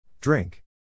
Drink